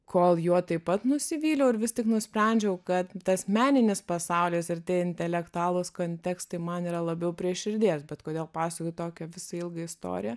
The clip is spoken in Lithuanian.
kol juo taip pat nusivyliau ir vis tik nusprendžiau kad tas meninis pasaulis ir tie intelektualūs kontekstai man yra labiau prie širdies bet kodėl pasakoju tokią visą ilgą istoriją